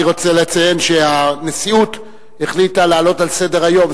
אני רוצה לציין שהנשיאות החליטה להעלות על סדר-היום,